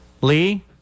lee